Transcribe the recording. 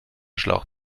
schlauch